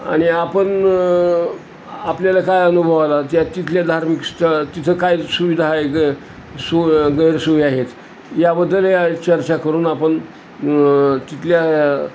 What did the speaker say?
आणि आपण आपल्याला काय अनुभव आला त्या तिथले धार्मिक स्थळ तिथं काय सुविधा हा ग सोय गैरसोय आहेत याबद्दल या चर्चा करून आपण तिथल्या